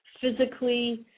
physically